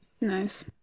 Nice